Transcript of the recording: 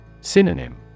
Synonym